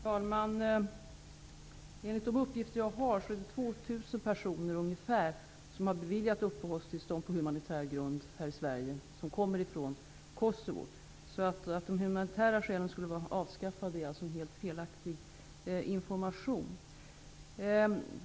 Fru talman! Enligt de uppgifter jag har fått har ungefär 2 000 personer från Kosovo beviljats uppehållstillstånd i Sverige på humanitär grund. Informationen att de humanitära skälen skulle vara avskaffade är alltså felaktig.